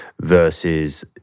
versus